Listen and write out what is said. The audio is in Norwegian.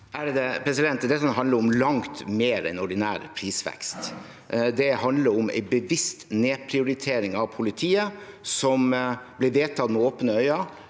Amundsen (FrP) Det handler om langt mer enn ordinær prisvekst. Det handler om en bevisst nedprioritering av politiet som ble vedtatt med åpne øyne